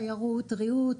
תיירות,